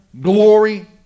glory